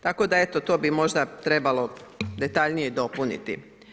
Tako da eto, to bi možda trebalo detaljnije dopuniti.